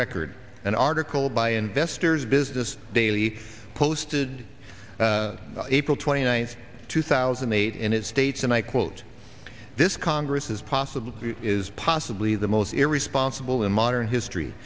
record an article by investor's business daily posted april twenty ninth two thousand and eight and it states and i quote this congress is possible is possibly the most irresponsible in modern history